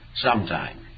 sometime